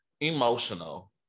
emotional